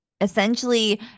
essentially